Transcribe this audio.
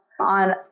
on